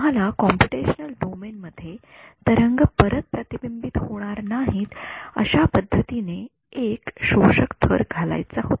आपल्याला computational domain मध्ये तरंग परत प्रतिबिंबित होणार नाहीत अश्या पद्धतीने कि एक शोषक थर घालायचा होता